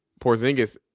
Porzingis